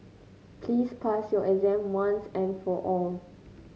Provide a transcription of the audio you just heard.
please pass your exam once and for all